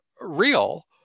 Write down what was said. real